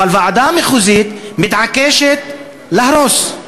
אבל הוועדה המחוזית מתעקשת להרוס?